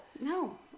no